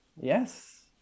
Yes